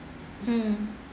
mm